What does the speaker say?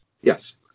Yes